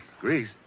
Greece